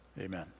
Amen